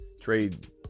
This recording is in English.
Trade